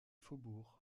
faubourgs